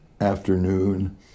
afternoon